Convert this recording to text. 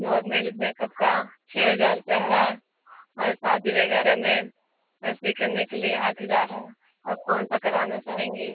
normal makeup का छः हज़ार रुपये हैं और शादी वगैरह में ऐसे करने के लिए आठ हज़ार हैं आप कौन सा कराना चाहेंगी